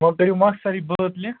وۅنۍ کٔرِو مۄخصرٕے بٲتلہِ